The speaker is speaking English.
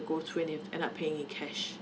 go through you'll end up paying in cash